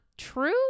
true